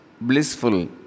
blissful